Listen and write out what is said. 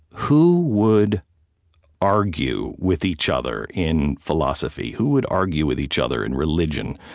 who would argue with each other in philosophy? who would argue with each other in religion?